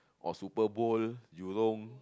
or Superbowl jurong